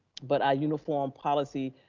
but our uniform policy,